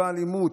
לא אלימות.